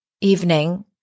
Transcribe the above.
evening